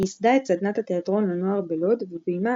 היא ייסדה את סדנת התיאטרון לנוער בלוד וביימה